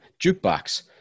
jukebox